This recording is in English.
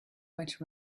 went